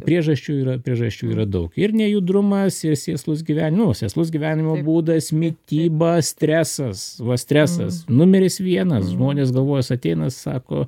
priežasčių yra priežasčių yra daug ir nejudrumas ir sėslūs gyven nu sėslus gyvenimo būdas mityba stresas stresas numeris vienas žmonės galvojus ateina sako